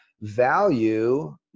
value